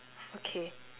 okay